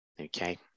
okay